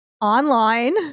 online